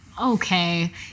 Okay